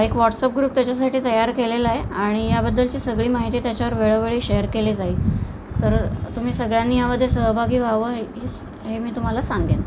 एक WhatsApp group त्याच्यासाठी तयार केलेला आहे आणि याबद्दलची सगळी माहिती त्याच्यावर वेळोवेळी शेअर केले जाईल तर तुम्ही सगळ्यांनी यामध्ये सहभागी व्हावं ही हे मी तुम्हाला सांगेन